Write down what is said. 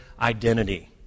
identity